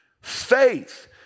Faith